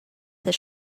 this